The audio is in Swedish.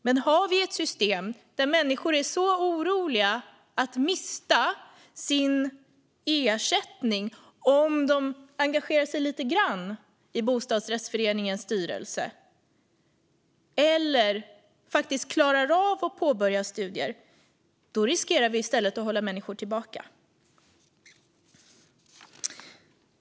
Men har vi ett system där människor är oroliga att mista sin ersättning om de engagerar sig lite grann i bostadsrättsföreningens styrelse eller klarar av att påbörja studier riskerar vi i stället att hålla människor tillbaka.